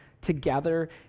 together